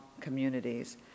communities